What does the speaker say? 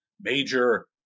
major